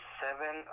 seven